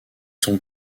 sont